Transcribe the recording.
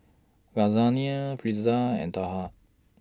Lasagna Pretzel and Dhokla